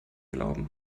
glauben